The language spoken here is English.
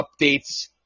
updates